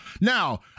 Now